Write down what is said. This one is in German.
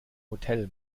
hotel